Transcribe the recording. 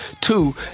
Two